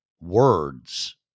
words